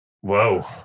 Whoa